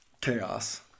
chaos